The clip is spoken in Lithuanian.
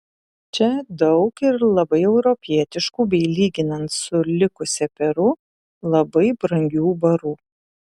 čia daug ir labai europietiškų bei lyginant su likusia peru labai brangių barų